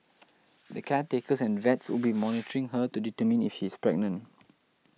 the caretakers and vets will be monitoring her to determine if she is pregnant